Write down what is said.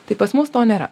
tai pas mus to nėra